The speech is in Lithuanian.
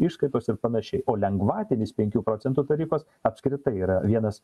išskaitos ir panašiai o lengvatinis penkių procentų tarifas apskritai yra vienas